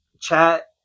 chat